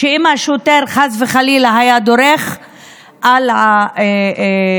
שאם השוטר חס וחלילה היה דורך את הרובה,